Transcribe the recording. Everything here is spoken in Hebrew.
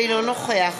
אינו נוכח